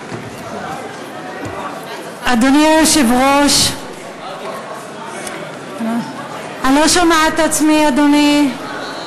אדוני היושב-ראש, אני לא שומעת את עצמי, אדוני.